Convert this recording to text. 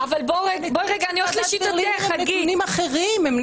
בוועדת ברלינר הנתונים אחרים.